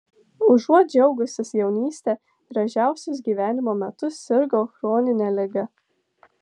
užuot džiaugusis jaunyste gražiausius gyvenimo metus sirgau chronine liga